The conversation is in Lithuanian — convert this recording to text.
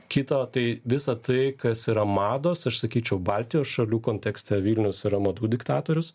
kito tai visą tai kas yra mados aš sakyčiau baltijos šalių kontekste vilnius yra madų diktatorius